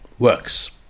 works